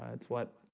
ah it's what?